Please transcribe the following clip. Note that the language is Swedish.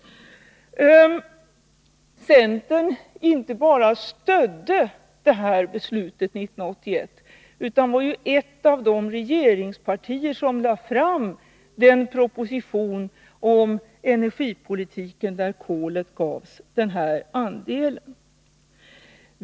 Centern inte bara stödde det här beslutet 1981, utan centern var ett av de regeringspartier som lade fram den proposition om energipolitiken där kolet gavs den här andelen.